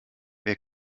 wer